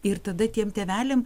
ir tada tiem tėveliam